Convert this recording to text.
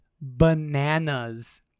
bananas